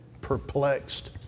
perplexed